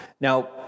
Now